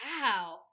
Wow